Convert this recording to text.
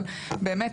אבל באמת,